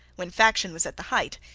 when faction was at the height,